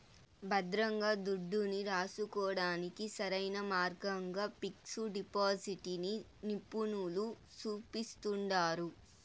భద్రంగా దుడ్డుని రాసుకోడానికి సరైన మార్గంగా పిక్సు డిపాజిటిని నిపునులు సూపిస్తండారు